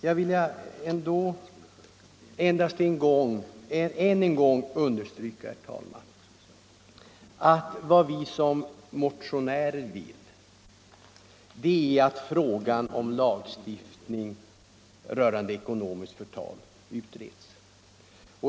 Jag vill bara än en gång understryka att vad vi motionärer vill är att frågan om lagstiftning rörande ekonomiskt förtal utreds.